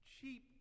cheap